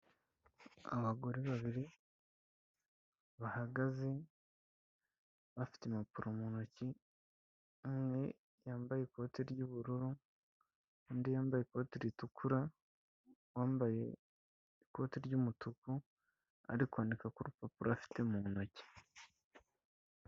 Abagore babiri bahagaze bafite impapuro mu ntoki, umwe yambaye ikote ry'ubururu, undi yambaye ikoti ritukura, uwambaye ikoti ry'umutuku, ari kwandika ku rupapuro afite mu ntoki.